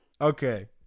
okay